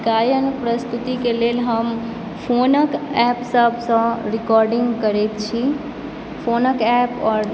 गायन प्रस्तुतिके लेल हम फोनक एपसभसँ रिकॉर्डिंग करैत छी फोनक एप आओर